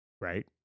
Right